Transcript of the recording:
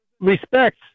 respects